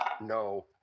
no